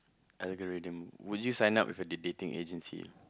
algorithm would you sign up with a date dating agency